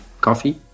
coffee